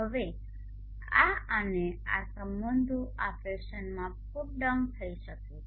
હવે આ અને આ સંબંધો આ ફેશનમાં પુટડાઉન થઈ શકે છે